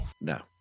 No